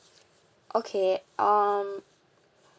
okay um